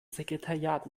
sekretariat